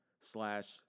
slash